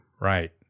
Right